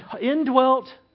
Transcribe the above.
indwelt